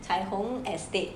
彩虹 estate